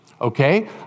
Okay